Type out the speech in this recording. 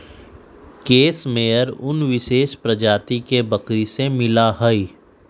case मेयर उन विशेष प्रजाति के बकरी से मिला हई